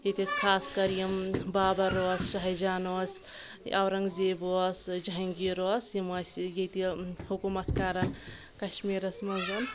ییٚتہِ أسۍ خاص کر یِم بابر اوس شاہِ جیان اوس اورنٛگزیب اوس جہانٛگیٖر اوس یِم ٲسۍ ییٚتہِ حکوٗمت کران کشمیٖرس منٛز